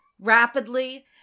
rapidly